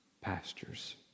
pastures